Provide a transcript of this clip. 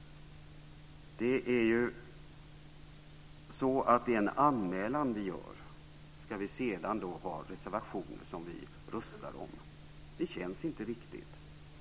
Det är ju så att det är en anmälan vi gör. Ska vi ändå ha reservationer som vi röstar om? Det känns inte riktigt.